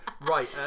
Right